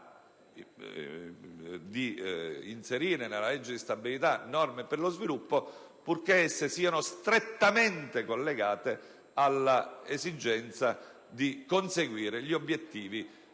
di inserire nella legge di stabilità norme per lo sviluppo, purché esse siano strettamente collegate all'esigenza di conseguire gli obiettivi